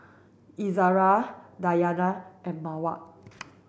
Izzara Diyana and Mawar